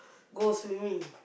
go swimming